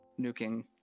nuking